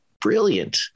brilliant